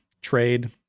trade